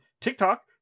TikTok